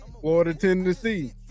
Florida-Tennessee